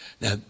Now